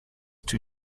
two